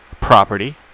Property